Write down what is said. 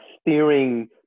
steering